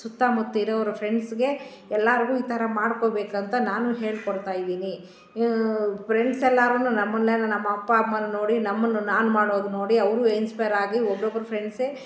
ಸುತ್ತಮುತ್ತ ಇರೋವರು ಫ್ರೆಂಡ್ಸ್ಗೆ ಎಲ್ಲಾರಿಗು ಈ ಥರ ಮಾಡಿಕೋಬೇಕಂತ ನಾನು ಹೇಳ್ಕೊಡ್ತಾಯಿದೀನಿ ಫ್ರೆಂಡ್ಸ್ ಎಲ್ಲಾರನ್ನು ನಮ್ಮನ್ನೆಲ್ಲ ನಮ್ಮಅಪ್ಪ ಅಮ್ಮನ್ನ ನೋಡಿ ನಮ್ಮನ್ನು ನಾನು ಮಾಡೋದು ನೋಡಿ ಅವರು ಇನ್ಸ್ಪೈರಾಗಿ ಒಬ್ಬೊಬ್ರು ಫ್ರೆಂಡ್ಸೆ